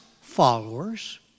followers